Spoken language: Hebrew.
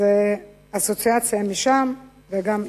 זו אסוציאציה משם וגם אישית.